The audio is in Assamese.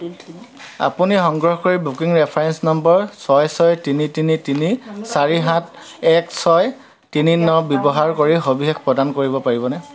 আপুনি অনুগ্ৰহ কৰি বুকিং ৰেফাৰেন্স নম্বৰ ছয় ছয় তিনি তিনি তিনি চাৰি সাত এক ছয় তিনি ন ব্যৱহাৰ কৰি সবিশেষ প্ৰদান কৰিব পাৰিবনে